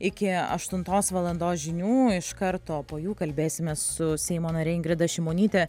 iki aštuntos valandos žinių iš karto po jų kalbėsime su seimo nare ingrida šimonyte